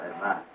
Amen